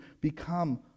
become